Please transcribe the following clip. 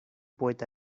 poeta